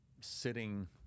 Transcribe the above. sitting